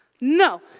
No